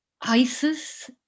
Isis